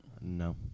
No